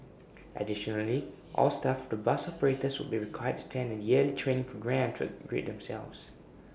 additionally all staff of the bus operators would be required to attend A yearly training for grade themselves